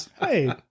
Hey